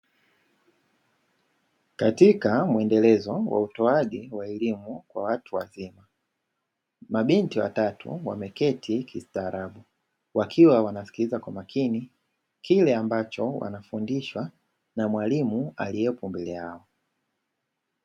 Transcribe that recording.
Katika muendelezo wa utoaji wa elimu wa watu wazima. Mabinti watatu wameketi kistaarabu wakiwa wanasikiliza kwa makini kile ambacho wanafundishwa na mwalimu aliyepo mbele yao.